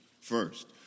First